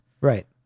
Right